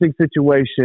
situation